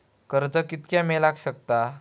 कर्ज कितक्या मेलाक शकता?